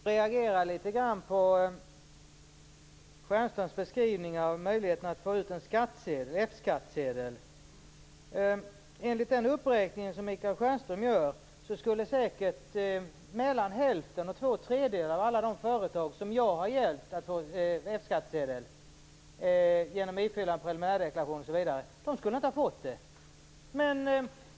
Fru talman! Jag reagerade litet grand på Michael Stjernströms beskrivning av möjligheten att få en F skattsedel. Enligt Michael Stjernströms uppräkning skulle säkert hälften eller två tredjedelar av alla de företag som jag har hjälpt med att få en F-skattsedel, genom ifyllande av en preliminär deklaration osv., inte ha fått någon F-skattsedel.